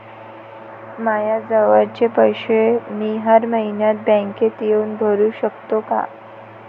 मायाजवळचे पैसे मी हर मइन्यात बँकेत येऊन भरू सकतो का?